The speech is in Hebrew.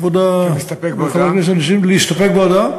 כבוד חבר הכנסת נסים, להסתפק בהודעה.